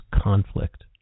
conflict